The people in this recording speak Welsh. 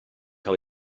cael